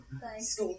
Thanks